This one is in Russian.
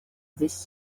здесь